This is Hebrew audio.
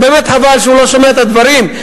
שבאמת חבל שהוא לא שומע את הדברים,